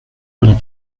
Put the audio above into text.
para